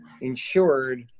insured